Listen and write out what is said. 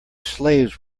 slaves